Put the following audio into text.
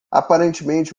aparentemente